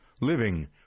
living